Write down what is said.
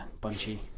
Bunchy